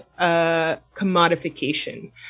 commodification